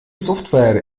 software